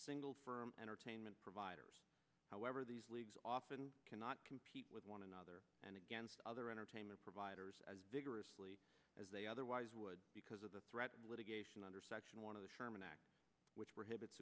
single firm entertainment providers however these leagues often cannot compete with one another and against other entertainment providers as vigorously as they otherwise would because of the threat of litigation under section one of the sherman act which